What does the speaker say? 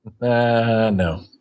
no